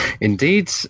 Indeed